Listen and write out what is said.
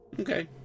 Okay